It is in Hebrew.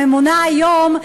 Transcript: הממונה היום,